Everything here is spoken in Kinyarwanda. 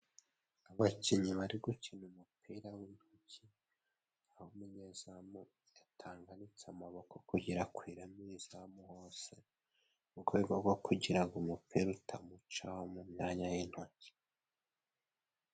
Abakinnyi bari gukina umupira w'intoki, n'aho umunyezamu yatanganitse amaboko akwirakwira mu izamu hose mu rwego rwo kugira umupira utamuca mu myanya y'intoki.